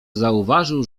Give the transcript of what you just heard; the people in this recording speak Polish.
zauważył